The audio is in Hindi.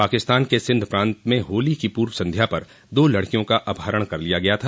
पाकिस्तान के सिंध प्रांत में होली की पूर्व संध्या पर दो लड़कियों का अपहरण कर लिया गया था